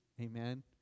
Amen